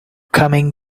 coming